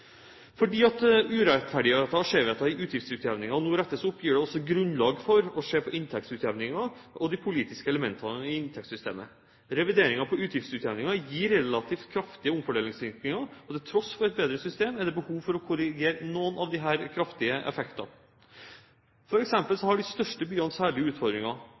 Fordi urettferdigheter og skjevheter i utgiftsutjevninger nå rettes opp, gir det også grunnlag for å se på inntektsutjevningen og de politiske elementene i inntektssystemet. Revideringen på utgiftsutjevningen gir relativt kraftige omfordelingsvirkninger, og til tross for et bedre system er det behov for å korrigere noen av de kraftige effektene. For eksempel har de største byene særlige utfordringer.